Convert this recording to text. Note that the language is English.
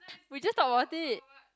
we just talked about it